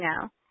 now